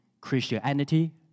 Christianity